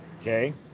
Okay